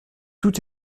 tout